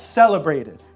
celebrated